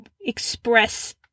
express